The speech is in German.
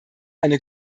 eine